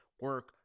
Work